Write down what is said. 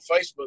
Facebook